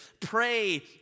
pray